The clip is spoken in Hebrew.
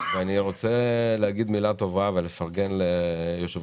ואני רוצה להגיד מילה טובה ולפרגן ליושב